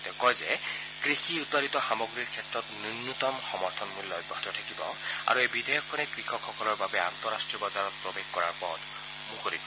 তেওঁ কয় যে কৃষি উৎপাদিত সামগ্ৰীৰ ক্ষেত্ৰত ন্যনতম সমৰ্থন মূল্য অব্যাহত থাকিব আৰু এই বিধেয়কখন কৃষকসকলক আন্তঃৰট্টীয় বজাৰত প্ৰৱেশ কৰাৰ পথ মুকলি কৰিব